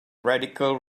radical